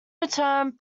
returned